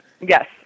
yes